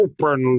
Open